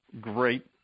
great